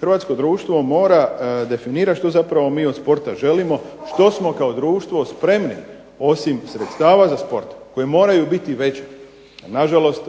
hrvatsko društvo mora definirati što zapravo mi od sporta želimo, što smo kao društvo spremni osim sredstava za sport koja moraju biti veća. Na žalost